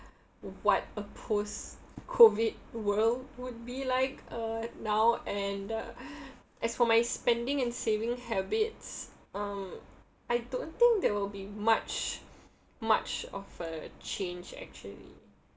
what a post COVID world would be like uh now and as for my spending and saving habits um I don't think there will be much much of a change actually